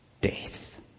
death